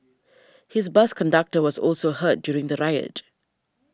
his bus conductor was also hurt during the riot